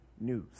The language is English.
news